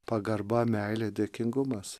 pagarba meilė dėkingumas